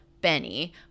Benny